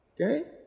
okay